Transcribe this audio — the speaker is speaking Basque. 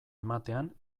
ematean